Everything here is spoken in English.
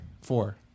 Four